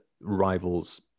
rivals